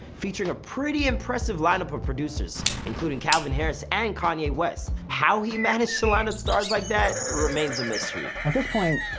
featuring a pretty impressive line up of producers, including calvin harris and kanye west. how he managed to line up stars like that, remains a mystery. at this point,